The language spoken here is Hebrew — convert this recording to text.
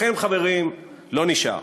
לכם, חברים, לא נשאר.